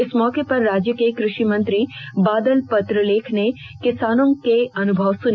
इस मौके पर राज्य के कृषि मंत्री बादल पत्रलेख ने किसानों के अनुभव सुने